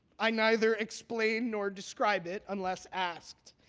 i neither explain nor describe it unless asked.